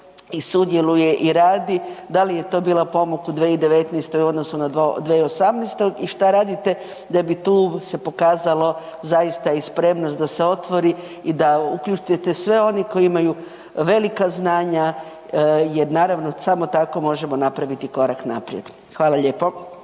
i sudjeluje i radi da li je to bila pomak u 2019. u odnosu na 2018.? I što radite da bi tu se pokazalo zaista i spremnost da se otvori i da se uključe svi oni koji imaju velika znanja, jer naravno samo tako možemo napraviti korak naprijed? Hvala lijepo.